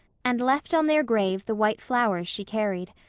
and left on their grave the white flowers she carried.